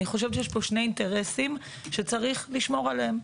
אני חושבת שיש פה שני אינטרסים שצריך לשמור עליהם.